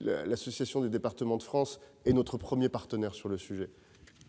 L'Assemblée des départements de France est notre premier partenaire sur le sujet. Aujourd'hui,